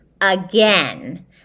again